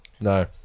No